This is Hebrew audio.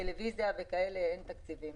לטלוויזיה אין תקציבים